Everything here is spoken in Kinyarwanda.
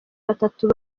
batatu